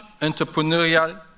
entrepreneurial